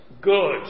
good